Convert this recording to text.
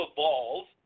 Evolve